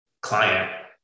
client